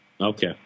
Okay